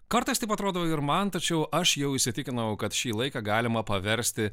kartais taip atrodo ir man tačiau aš jau įsitikinau kad šį laiką galima paversti